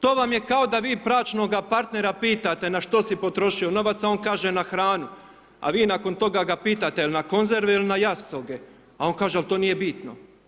To vam je kao da vi bračnoga partnera pitate na što si potrošio novac, a on kaže na hranu, a vi nakon toga ga pitati jel na konzerve il na jastoge, a on kaže al to nije bitno.